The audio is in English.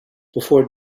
before